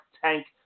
tank